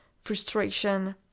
frustration